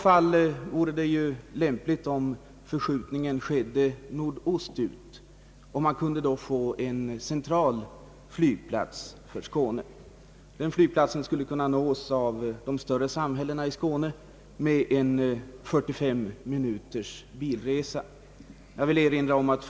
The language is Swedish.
Det vore lämpligt att förskjutningen då skedde åt nordost, varigenom man kunde få en central flygplats för Skåne. Den flygplatsen skulle med högst 453 minuters bilresa kunna nås från de större samhällena i Skåne.